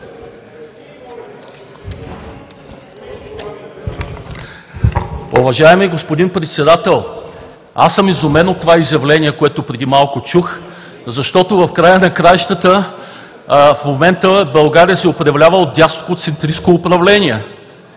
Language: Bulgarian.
Уважаеми господин Председател, аз съм изумен от това изявление, което преди малко чух, защото в края на краищата в момента България се управлява от дясноцентристко управление